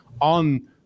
on